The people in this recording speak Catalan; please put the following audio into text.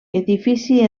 edifici